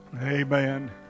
Amen